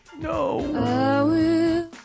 No